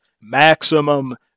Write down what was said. maximum